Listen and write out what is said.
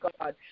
God